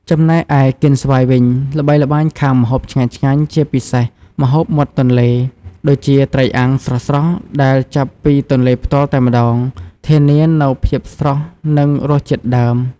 ចំណែកឯកៀនស្វាយវិញ ល្បីល្បាញខាងម្ហូបឆ្ងាញ់ៗជាពិសេសម្ហូបមាត់ទន្លេ ដូចជា ត្រីអាំង ស្រស់ៗដែលចាប់ពីទន្លេផ្ទាល់តែម្ដង ធានានូវភាពស្រស់និងរសជាតិដើម។